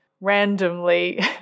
randomly